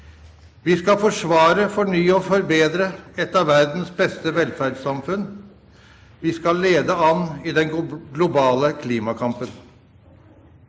vi skal forsvare, fornye og forbedre et av verdens beste velferdssamfunn, – vi skal lede an i den globale klimakampen.